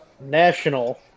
national